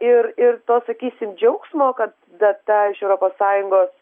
ir ir to sakysim džiaugsmo kad data iš europos sąjungos